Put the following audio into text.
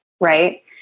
right